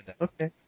okay